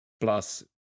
plus